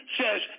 says